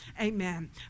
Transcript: Amen